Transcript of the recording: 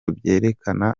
byerekana